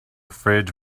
fridge